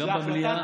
גם במליאה,